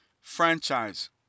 franchise